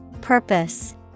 Purpose